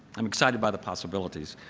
um excited by the possibilities.